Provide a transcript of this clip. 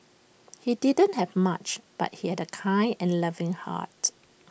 he didn't have much but he had A kind and loving heart